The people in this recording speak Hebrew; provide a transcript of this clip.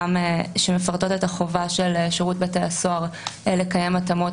שמפרטות את החובה של שירות בתי הסוהר לקיים התאמות